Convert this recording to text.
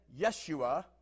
Yeshua